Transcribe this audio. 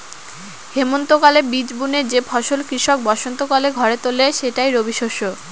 হেমন্তকালে বীজ বুনে যে ফসল কৃষক বসন্তকালে ঘরে তোলে সেটাই রবিশস্য